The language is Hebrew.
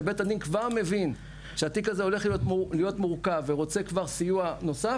שבית הדין כבר מבין שהתיק הזה הולך להיות מורכב ורוצה כבר סיוע נוסף,